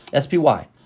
SPY